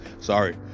Sorry